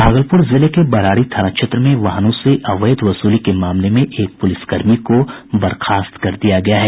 भागलपुर जिले के बरारी थाना क्षेत्र में वाहनों से अवैध वसूली के मामले में एक पुलिसकर्मी को बर्खास्त कर दिया गया है